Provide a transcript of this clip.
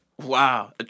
Wow